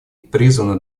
призвана